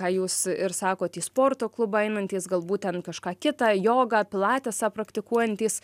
ką jūs ir sakot į sporto klubą einantys galbūt ten kažką kitą jogą pilatesą praktikuojantys